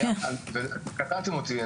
קטעתם אותי,